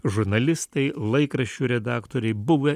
žurnalistai laikraščių redaktoriai buvę